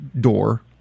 door